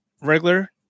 regular